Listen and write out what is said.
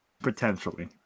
potentially